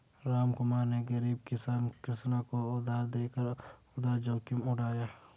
रामकुमार ने गरीब किसान कृष्ण को उधार देकर उधार जोखिम उठाया